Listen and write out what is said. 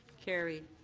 carried.